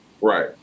Right